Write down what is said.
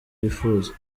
bifuza